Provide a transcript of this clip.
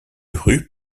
rue